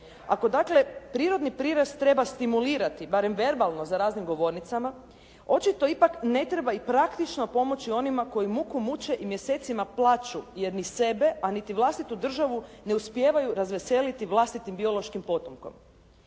Ako dakle prirodni prirast treba stimulirati barem verbalno za raznim govornicama očito ipak ne treba i praktično pomoći onima koji muku muče i mjesecima plaču jer ni sebe, a ni vlastitu državu ne uspijevaju razveseliti vlastitim biološkim potomkom.